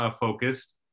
focused